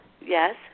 Yes